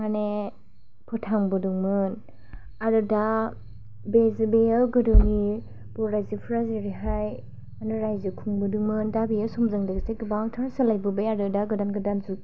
माने फोथांबोदोंमोन आरो दा बे बेयो गोदोनि बर' रायजोफोरा जेरैहाय माने रायजो खुंबोदोंमोन दा बेयो समजों लोगोसे गोबांथार सोलायबोबाय आरो दा गोदान गोदान जोब